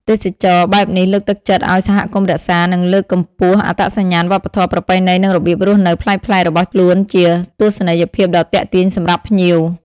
ទេសចរណ៍បែបនេះលើកទឹកចិត្តឱ្យសហគមន៍រក្សា និងលើកកម្ពស់អត្តសញ្ញាណវប្បធម៌ ប្រពៃណីនិងរបៀបរស់នៅប្លែកៗរបស់ខ្លួនជាទស្សនីយភាពដ៏ទាក់ទាញសម្រាប់ភ្ញៀវ។